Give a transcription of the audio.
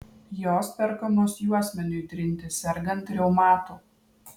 jos perkamos juosmeniui trinti sergant reumatu